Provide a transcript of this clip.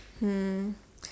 mm